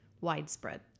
widespread